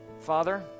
father